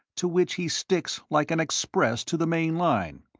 to which he sticks like an express to the main line,